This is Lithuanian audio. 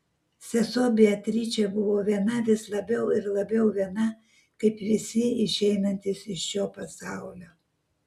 sesuo beatričė buvo viena vis labiau ir labiau viena kaip visi išeinantys iš šio pasaulio